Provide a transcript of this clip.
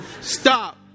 Stop